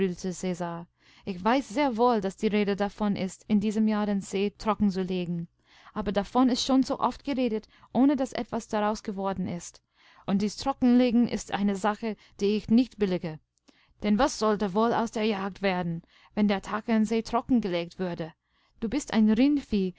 ich weiß sehr wohl daß die rede davon ist in diesem jahr den see trockenzulegen aber davon ist schon so oft geredet ohne daß etwas daraus geworden ist und dies trockenlegen ist eine sache die ich nicht billige denn was sollte wohl aus der jagd werden wenn der tkernsee trockengelegt würde du bist ein